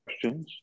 questions